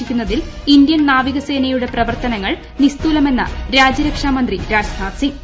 സംരക്ഷിക്കുന്നതിൽ ഇന്ത്യൻ നാവികസേനയുടെ പ്രവർത്തനങ്ങൾ നിസ്തൂലമെന്ന് രാജ്യരക്ഷാമന്ത്രി രാജ്നാഥ് സിംഗ്